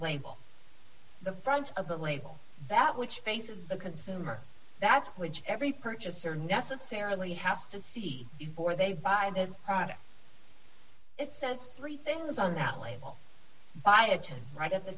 label the front of the label that which faces the consumer that's which every purchaser necessarily has to see before they buy this product it says three things on that label biochem right at the